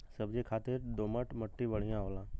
सब्जी खातिर दोमट मट्टी बढ़िया होला